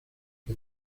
que